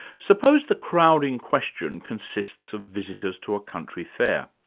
suppose the crowd in question consists of visitors to a country fair.